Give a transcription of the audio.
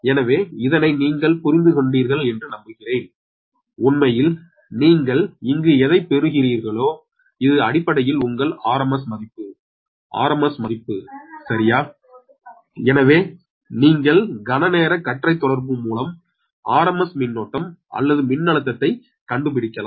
எனவே இதனை நீங்கள் புரிந்து கொண்டீர்கள் என்று நம்புகிறேன் உண்மையில் நீங்கள் இங்கு எதைப் பெறுகிறீர்களோ இது அடிப்படையில் உங்கள் RMS மதிப்பு RMS மதிப்பு சரியா எனவே நீங்கள் கணநேர கற்றைத் தொடர்பு மூலம் RMS மின்னோட்டம் அல்லது மின்னழுத்தத்தை கண்டுபிடிக்கலாம்